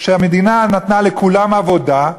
שהמדינה נתנה לכולם עבודה,